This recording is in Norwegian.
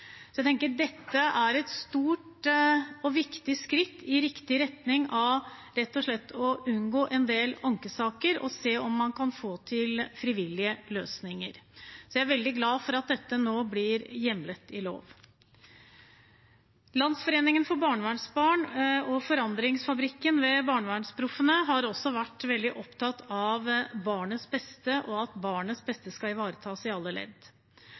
Jeg tenker dette er et stort og viktig skritt i riktig retning av rett og slett å unngå en del ankesaker og se om man kan få til frivillige løsninger. Jeg er veldig glad for at dette nå blir hjemlet i lov. Landsforeningen for barnevernsbarn og Forandringsfabrikken ved BarnevernsProffene har også vært veldig opptatt av barnets beste og at barnets beste skal ivaretas i alle ledd.